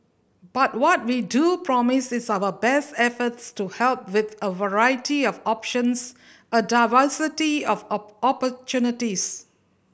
but what we do promise is our best efforts to help with a variety of options a diversity of opportunities